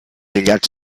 illots